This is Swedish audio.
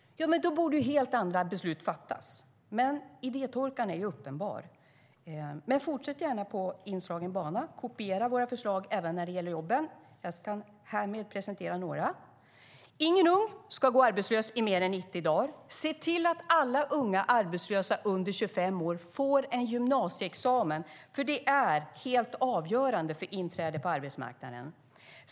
Då borde helt andra beslut fattas. Men idétorkan är uppenbar. Fortsätt gärna på inslagen bana, och kopiera våra förslag även när det gäller jobben. Jag ska härmed presentera några. Ingen ung person ska gå arbetslös mer än 90 dagar. Se till att unga arbetslösa under 25 år får en gymnasieexamen. Det är helt avgörande för inträde på arbetsmarknaden.